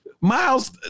Miles